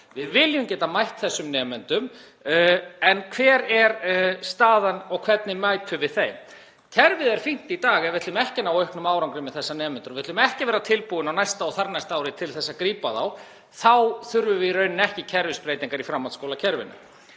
Við viljum geta mætt þessum nemendum. En hver er staðan og hvernig mætum við þeim? Kerfið er fínt í dag ef við ætlum ekki að ná auknum árangri með þessa nemendur og við ætlum ekki að vera tilbúin á næsta og þarnæsta ári til að grípa þá. Þá þurfum við í rauninni ekki kerfisbreytingar í framhaldsskólakerfinu.